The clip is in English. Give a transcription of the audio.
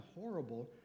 horrible